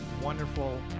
wonderful